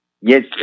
Yes